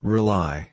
Rely